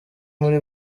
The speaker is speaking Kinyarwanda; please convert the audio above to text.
muri